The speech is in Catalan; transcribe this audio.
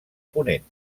ponent